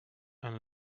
and